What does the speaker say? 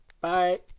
Bye